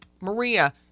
maria